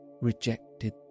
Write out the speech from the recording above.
rejected